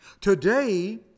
Today